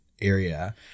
area